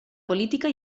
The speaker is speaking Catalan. política